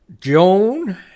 Joan